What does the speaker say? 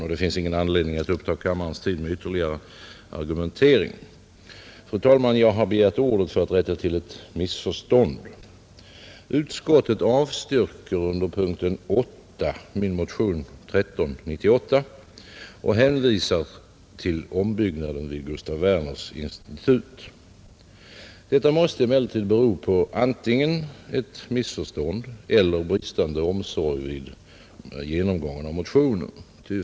Det finns ingen anledning att uppta kammarens tid med ytterligare argumentering. Fru talman! Jag har begärt ordet för att rätta till ett missförstånd. Utskottet avstyrker under punkten 8 min motion nr 1398 och hänvisar till ombyggnaden vid Gustaf Werners institut. Detta måste emellertid bero på antingen ett missförstånd eller bristande omsorg vid genomgången av motionen.